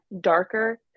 darker